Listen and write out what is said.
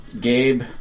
Gabe